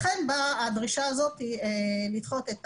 לכן באה הדרישה הזאת לדחות את